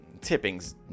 Tipping's